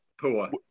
Poor